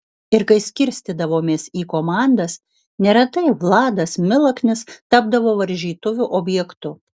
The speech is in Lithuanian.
ir kai skirstydavomės į komandas neretai vladas milaknis tapdavo varžytuvių objektu